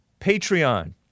Patreon